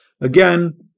Again